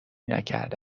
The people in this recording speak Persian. نکرده